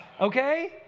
okay